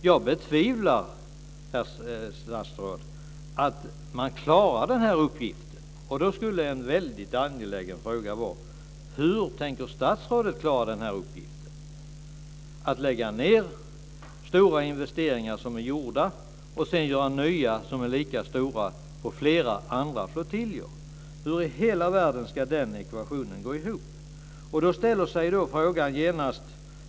Jag betvivlar, herr statsråd, att man klarar den här uppgiften. Då skulle en väldigt angelägen fråga vara: Hur tänker statsrådet klara den här uppgiften; alltså att lägga ned flottiljer där stora investeringar är gjorda och sedan göra nya investeringar som är lika stora på flera andra flottiljer? Hur i hela världen ska den ekvationen gå ihop? Då inställer sig genast en fråga.